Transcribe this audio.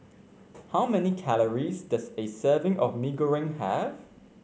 how many calories does a serving of Mee Goreng have